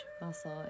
muscle